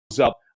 up